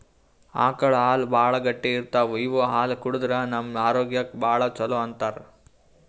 ಆಕಳ್ ಹಾಲ್ ಭಾಳ್ ಗಟ್ಟಿ ಇರ್ತವ್ ಇವ್ ಹಾಲ್ ಕುಡದ್ರ್ ನಮ್ ಆರೋಗ್ಯಕ್ಕ್ ಭಾಳ್ ಛಲೋ ಅಂತಾರ್